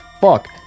fuck